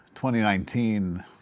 2019